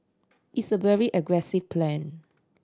it's a very aggressive plan